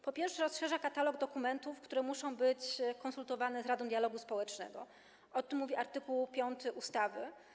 Po pierwsze, rozszerza katalog dokumentów, które muszą być konsultowane z Radą Dialogu Społecznego, o czym mówi art. 5 ustawy.